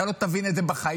אתה לא תבין את זה בחיים,